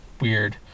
weird